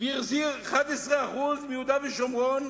והחזיר 11% מיהודה ושומרון